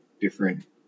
different